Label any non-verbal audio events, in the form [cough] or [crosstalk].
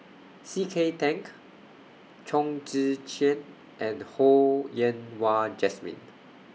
C K Tang [unintelligible] Chong Tze Chien and Ho Yen Wah Jesmine